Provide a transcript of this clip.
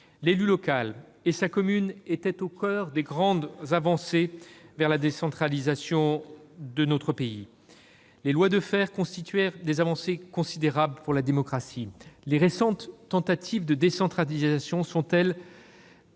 L'élu local et la commune étaient au coeur des grandes avancées vers la décentralisation de notre pays. Les lois Defferre constituèrent des avancées considérables pour la démocratie. Les récentes tentatives de décentralisation sont, elles-